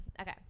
Okay